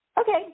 Okay